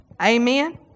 Amen